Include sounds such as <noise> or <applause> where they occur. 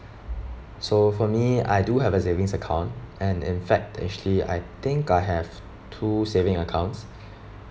so for me I do have a savings account and in fact actually I think I have two savings accounts <breath>